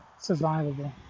survivable